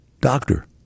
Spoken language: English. Doctor